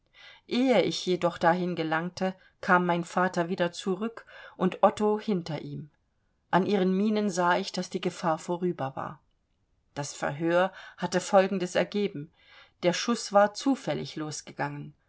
ehe ich jedoch dahin gelangte kam mein vater wieder zurück und otto hinter ihm an ihren mienen sah ich daß die gefahr vorüber war das verhör hatte folgendes ergeben der schuß war zufällig losgegangen